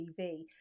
TV